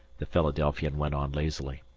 the philadelphian went on lazily.